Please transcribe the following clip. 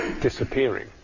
disappearing